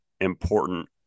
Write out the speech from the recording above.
important